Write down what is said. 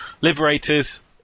liberators